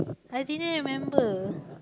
I didn't remember